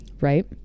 right